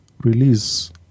release